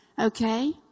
Okay